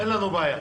אין לנו בעיה.